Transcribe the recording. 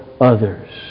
others